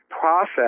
process